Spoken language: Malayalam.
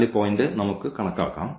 അതിനാൽ ഈ പോയിന്റ് നമുക്ക് കണക്കാക്കാം